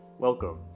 Welcome